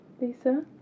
Lisa